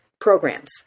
programs